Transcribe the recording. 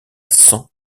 cent